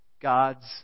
God's